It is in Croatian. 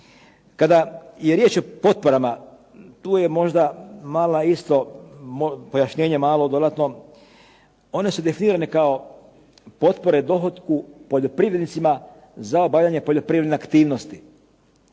Kada je riječ o potporama tu je možda mala isto, pojašnjenje malo dodatno, one su definirane kao potpore dohotku poljoprivrednicima za obavljanje poljoprivredne aktivnosti.